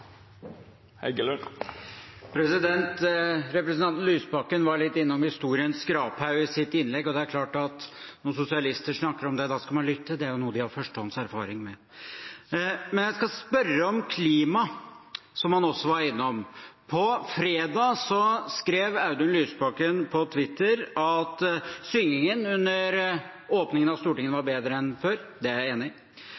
øker. Representanten Lysbakken var litt innom historiens skraphaug i sitt innlegg, og det er klart at når sosialister snakker om det, da skal man lytte – det er noe de har førstehånds erfaring med. Jeg skal spørre om klima, som han også var innom. På fredag skrev Audun Lysbakken på Twitter at syngingen under åpningen av Stortingets var